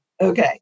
Okay